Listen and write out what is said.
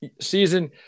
season